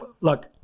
Look